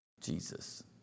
Jesus